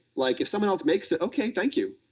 like if someone else makes it, okay, thank you.